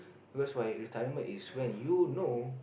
because my retirement is when you know